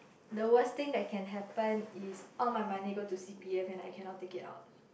the worst thing that can happen is all my money go to c_p_f and I cannot take it out